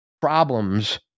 problems